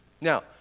Now